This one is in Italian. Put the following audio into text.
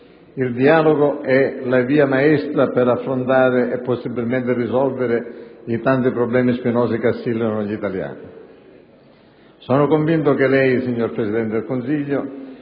Il dialogo è la via maestra per affrontare - e, possibilmente, risolvere - i tanti problemi spinosi che assillano gli Italiani. Sono convinto che lei, signor Presidente del Consiglio,